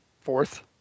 Fourth